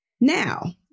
Now